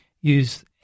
use